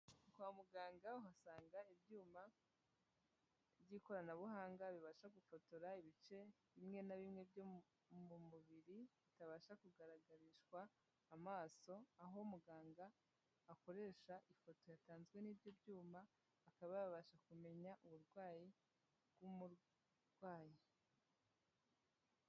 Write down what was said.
Kwa muganga uhasanga ibyuma by'ikoranabuhanga, bibasha gufotora ibice bimwe na bimwe byo mu mubiri bitabasha kugaragarishwa amaso, aho muganga akoresha ifoto yatanzwe n'ibyo byuma, akaba yabasha kumenya uburwayi bw'umurwayi.